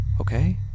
okay